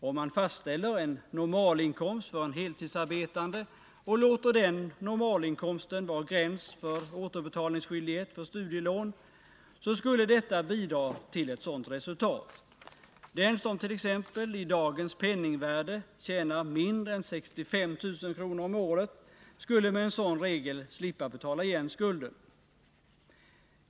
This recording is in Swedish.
Om man fastställer en normalinkomst för en heltidsarbetande och låter den normalinkomsten vara gräns för återbetalningsskyldighet för studielån, bidrar detta till ett sådant resultat. Den som i dagens penningvärde tjänar mindre änt.ex. 65 000 kr. om året skulle med en sådan regel slippa betala igen skulden.